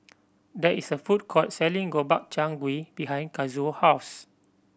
there is a food court selling Gobchang Gui behind Kazuo house